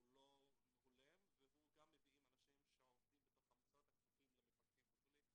הוא לא הולם ומביאים אנשים שעובדים בתוך המשרד וכפופים למפקחים וכולי,